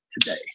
today